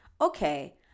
okay